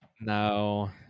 No